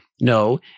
No